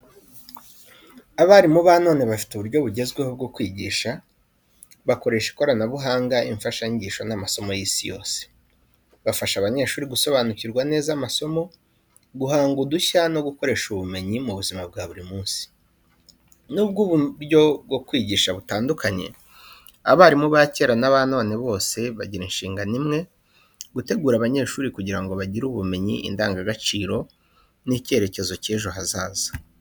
Abarimu ba none bafite uburyo bugezweho bwo kwigisha, bakoresha ikoranabuhanga, imfashanyigisho n’amasomo y’isi yose. Bafasha abanyeshuri gusobanukirwa neza amasomo, guhanga udushya no gukoresha ubumenyi mu buzima bwa buri munsi. Nubwo uburyo bwo kwigisha butandukanye, abarimu ba kera n’aba none bose bagira inshingano imwe, gutegura abanyeshuri kugira ngo bagire ubumenyi, indangagaciro n’icyerekezo cyiza cy’ejo hazaza.